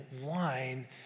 wine